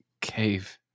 cave